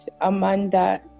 Amanda